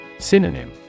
Synonym